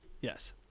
Yes